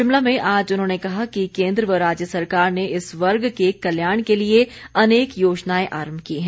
शिमला में आज उन्होंने कहा कि केन्द्र व राज्य सरकार ने इस वर्ग के कल्याण के लिए अनेक योजनाएं आरम्भ की हैं